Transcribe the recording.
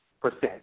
percent